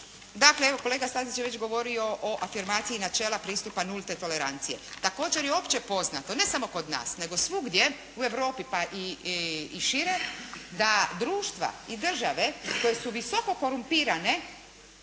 dakle, evo kolega Stazić je već govorio o afirmaciji načela pristupa nulte tolerancije. Također je opće poznato ne samo kod nas nego svugdje u Europi pa i šire, da društva i države koje su visoko korumpirane